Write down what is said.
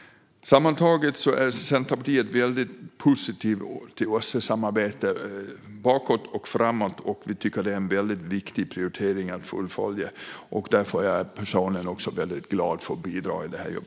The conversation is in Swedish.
Sammantaget är Centerpartiet positivt till OSSE-samarbetet bakåt och framåt, och vi tycker att det är en viktig prioritering att fullfölja. Därför är jag personligen också väldigt glad för att jag får bidra i detta jobb.